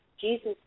Jesus